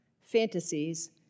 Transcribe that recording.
fantasies